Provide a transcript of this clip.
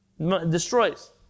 Destroys